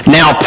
now